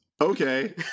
okay